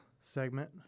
segment